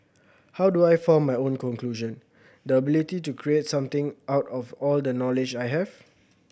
how do I form my own conclusion the ability to create something out of all the knowledge I have